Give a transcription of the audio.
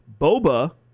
Boba